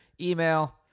email